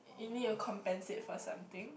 you need to compensate for something